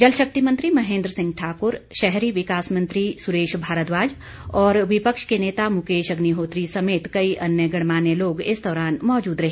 जलशक्ति मंत्री महेन्द्र सिंह ठाक्र शहरी विकास मंत्री सुरेश भारद्वाज और विपक्ष के नेता मुकेश अग्निहोत्री समेत कई अन्य गणमान्य लोग इस दौरान मौजूद रहे